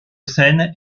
scène